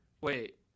wait